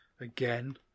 again